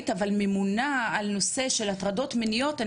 אבל ממונה על נושא של הטרדות מיניות.